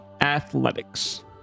athletics